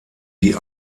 die